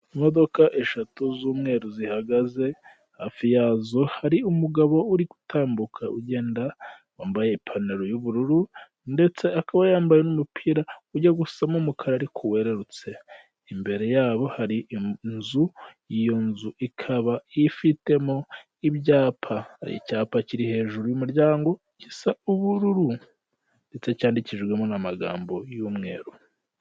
Imodoka eshatu z'umweru zihagaze, hafi yazo hari umugabo uri gutambuka ugenda, wambaye ipantaro y'ubururu, ndetse akaba yambaye n'umupira ujya gusa mo umukara ariko werutse imbere yabo hari inzu, iyo nzu ikaba ifitemo ibyapa, icyapa kiri hejuru y'umuryango gisa ubururu ndetse cyandikijwemo n'amagambo y'umweru.